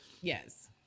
Yes